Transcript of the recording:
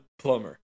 plumber